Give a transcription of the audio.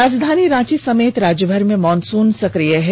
राजधानी रांची समेत राज्यभर में मॉनसून सक्रिय है